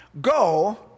Go